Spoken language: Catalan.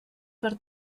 per